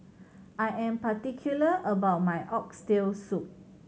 I am particular about my Oxtail Soup